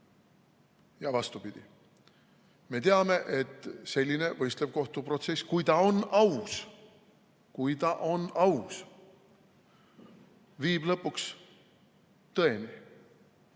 ja vastupidi. Me teame, et selline võistlev kohtuprotsess, kui ta on aus, viib lõpuks tõeni.